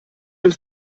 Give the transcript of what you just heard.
fürs